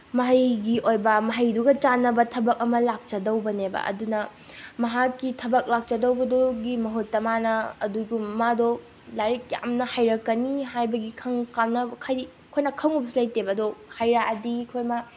ꯃꯍꯩꯒꯤ ꯑꯣꯏꯕ ꯃꯍꯩꯗꯨꯒ ꯆꯥꯟꯅꯕ ꯊꯕꯛ ꯑꯃ ꯂꯥꯛꯆꯗꯧꯕꯅꯦꯕ ꯑꯗꯨꯅ ꯃꯍꯥꯛꯀꯤ ꯊꯕꯛ ꯂꯥꯛꯆꯗꯧꯕꯗꯨꯒꯤ ꯃꯍꯨꯠꯇ ꯃꯥꯅ ꯃꯥꯗꯣ ꯂꯥꯏꯔꯤꯛ ꯌꯥꯝꯅ ꯍꯩꯔꯛꯀꯅꯤ ꯍꯥꯏꯕꯒꯤ ꯀꯥꯟꯅꯕ ꯍꯥꯏꯗꯤ ꯑꯩꯈꯣꯏꯅ ꯈꯪꯉꯨꯕꯁꯨ ꯂꯩꯇꯦꯕ ꯑꯗꯣ ꯍꯩꯔꯛꯑꯗꯤ ꯑꯩꯈꯣꯏ ꯃꯥ